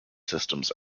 systems